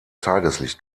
tageslicht